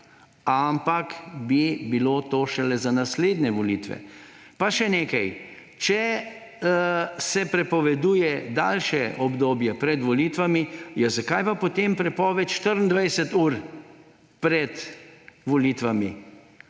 ampak bi bilo to šele za naslednje volitve. Pa še nekaj. Če se prepoveduje daljše obdobje pred volitvami, zakaj je pa potem prepoved 24 ur pred volitvami?